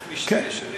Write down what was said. אלוף-משנה,